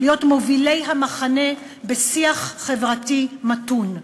להיות מובילי המחנה בשיח חברתי מתון,